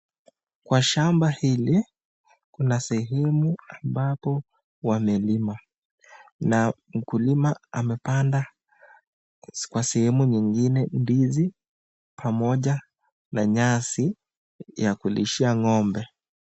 Kwa shamba hili kuna sehemu ambapo wamelima na mkulima amepanda kwa sehemu nyingine ndizi pamoja na nyasi ya kulishia ng'ombe.